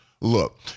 Look